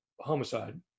homicide